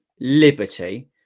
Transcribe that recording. liberty